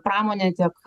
pramonė tiek